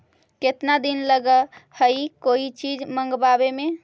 केतना दिन लगहइ कोई चीज मँगवावे में?